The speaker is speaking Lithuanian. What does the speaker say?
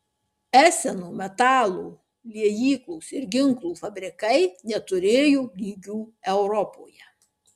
eseno metalo liejyklos ir ginklų fabrikai neturėjo lygių europoje